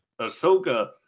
Ahsoka